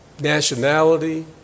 nationality